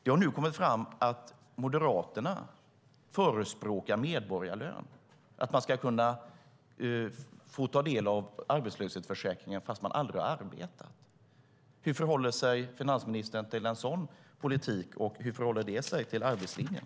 Det har nu kommit fram att Moderaterna förespråkar medborgarlön, att man ska kunna få ta del av arbetslöshetsförsäkringen även om man aldrig har arbetat. Hur förhåller sig finansministern till en sådan politik, och hur förhåller det sig till arbetslinjen?